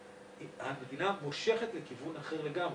המדינה מושכת לכיוון אחר לגמרי,